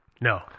No